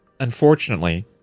Unfortunately